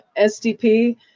SDP